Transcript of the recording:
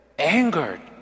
angered